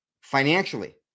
financially